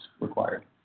required